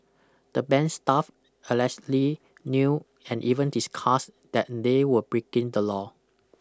the bank's staff allegedly knew and even discussed that they were breaking the law